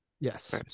Yes